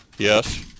Yes